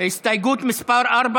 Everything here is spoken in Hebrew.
הסתייגות מס' 4,